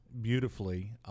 beautifully